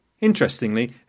Interestingly